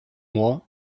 mois